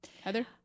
Heather